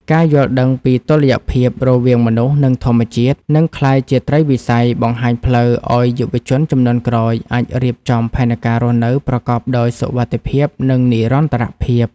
ការយល់ដឹងពីតុល្យភាពរវាងមនុស្ស និងធម្មជាតិ នឹងក្លាយជាត្រីវិស័យបង្ហាញផ្លូវឱ្យយុវជនជំនាន់ក្រោយអាចរៀបចំផែនការរស់នៅប្រកបដោយសុវត្ថិភាព និងនិរន្តរភាព។